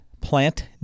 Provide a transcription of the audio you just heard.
plant